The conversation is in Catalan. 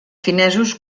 finesos